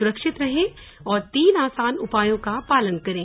सुरक्षित रहें और तीन आसान उपायों का पालन करें